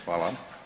Hvala.